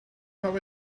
have